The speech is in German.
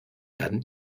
werden